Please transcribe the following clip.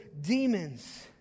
demons